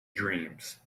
dreams